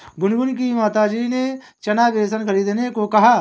गुनगुन की माताजी ने चना बेसन खरीदने को कहा